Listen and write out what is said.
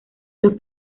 los